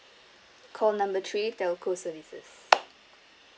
call number three telco services